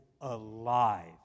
alive